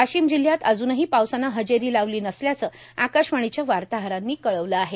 वा शम जि यात अजूनह पावसानं हजेर लावल नस याचं आकाशवाणी या वाताहरांनी कळवलं आहे